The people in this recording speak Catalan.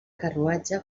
carruatge